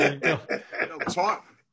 Talk